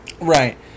Right